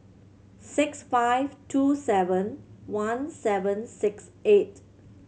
six five two seven one seven six eight